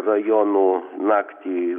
rajonų naktį